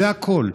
זה הכול.